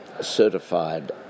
certified